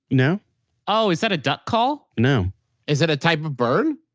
no oh. is that a duck call? no is it a type of bird?